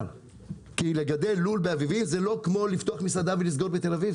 כי לגדל לול באביבים זה לא כמו לפתוח מסעדה ולסגור בתל-אביב.